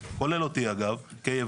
זה השקעות של מיליוני שקלים.